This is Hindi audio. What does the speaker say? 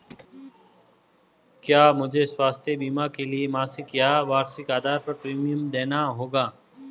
क्या मुझे स्वास्थ्य बीमा के लिए मासिक या वार्षिक आधार पर प्रीमियम देना होगा?